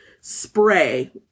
spray